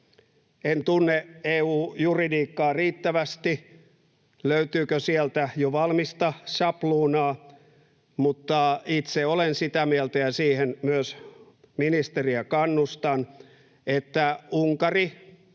En tunne EU-juridiikkaa riittävästi, löytyykö sieltä jo valmista sapluunaa, mutta itse olen sitä mieltä ja siihen myös ministeriä kannustan, että Unkari